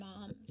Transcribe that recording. moms